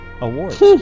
awards